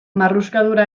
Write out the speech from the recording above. marruskadura